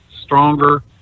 stronger